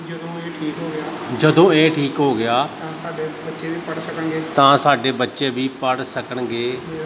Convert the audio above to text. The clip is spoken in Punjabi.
ਜਦੋਂ ਇਹ ਠੀਕ ਹੋ ਗਿਆ ਤਾਂ ਸਾਡੇ ਬੱਚੇ ਵੀ ਪੜ੍ਹ ਸਕਣਗੇ